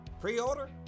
Pre-order